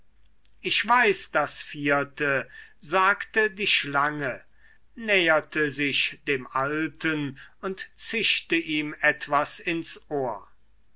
ich weiß das vierte sagte die schlange näherte sich dem alten und zischte ihm etwas ins ohr